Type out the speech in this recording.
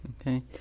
Okay